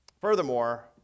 Furthermore